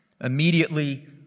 Immediately